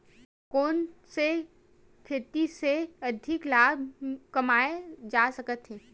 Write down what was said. कोन सा खेती से अधिक लाभ कमाय जा सकत हे?